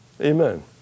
Amen